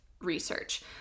research